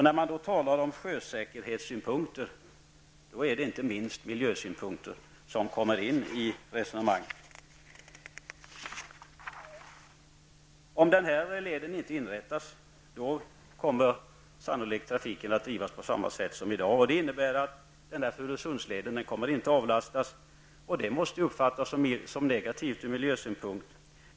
När man talar om sjösäkerhetssynpunkter är det inte minst miljösynpunkter som kommer in i resonemanget. Om leden inte inrättas kommer trafiken sannolikt att drivas på samma sätt som i dag. Det innebär att Furusundsleden inte kommer att avlastas. Det måste ju uppfattas som negativt ur miljösynpunkt.